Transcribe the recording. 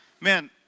Man